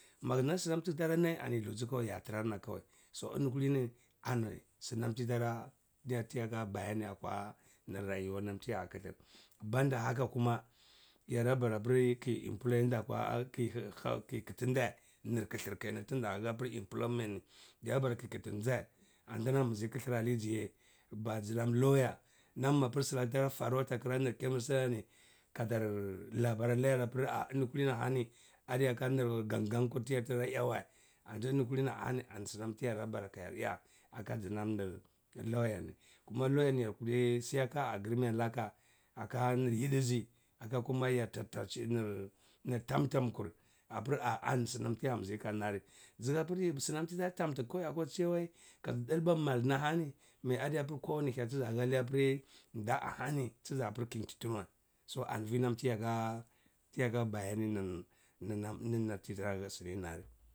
Na snam tg tara nai ani yi dhlusi ya trama kawai so ini ni kulni ani snamti tara tatiyaka bayani akwa nr rayuwarna tiya kthr banda haka kuma ya da ba apri kiyi employ nda akwa kiyi hau kiyi kti ndae nr kthr kenan inda hapr employment ni ya bora kiyi kti ndae andnambzi kthrali zye ba znam lawyer mam mapr slak tara faru atakra ar chemist na ni kadar labar layar apr ar ini kulini ahani adiyaka nr gangan kur tyar tara hja wai anti ini kulini ahani ani snam tipr da bara kayar eya aka znam lawyer ni kuma lawyer ni akri siyaka agreement laka aka nr yidizi aka kuma yada tachi nir tam tam kur apr a rani snam tiyambzi kanari zhapr snam tramta kowai ata chiya wai kaz dlba mal na ahani adi apr kuwani hya tza hali apri nda ahani tza apr kayinki tni wai so to ani vi nan tiyaka tiyaka bayani nin nr nam biyi na sinir na ri.